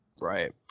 Right